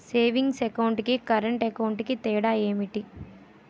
Savings account కి current account కి తేడా ఏమిటి?